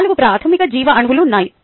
నాలుగు ప్రాథమిక జీవ అణువులు ఉన్నాయి